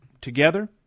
together